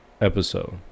episode